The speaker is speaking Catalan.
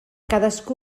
cadascú